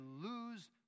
lose